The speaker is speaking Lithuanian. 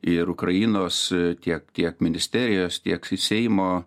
ir ukrainos tiek tiek ministerijos tiek seimo